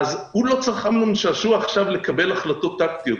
אמנון שעשוע לא צריך עכשיו לקבל החלטות טקטיות.